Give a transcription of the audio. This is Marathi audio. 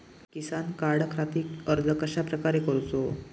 किसान कार्डखाती अर्ज कश्याप्रकारे करूचो?